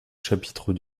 chapitre